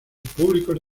públicos